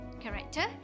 character